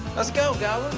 let's go, godwin.